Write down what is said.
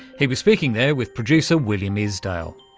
he was speaking there with producer william isdale.